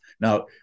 now